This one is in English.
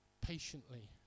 patiently